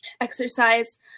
exercise